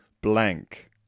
blank